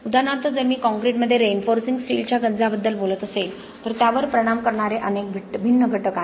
उदाहरणार्थ जर मी कॉंक्रिटमध्ये रीइन्फोर्सिंग स्टीलच्या गंजाबद्दल बोलत असेल तर त्यावर परिणाम करणारे अनेक भिन्न घटक आहेत